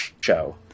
show